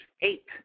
eight